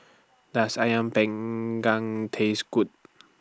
Does Ayam Panggang Taste Good